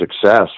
success